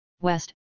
west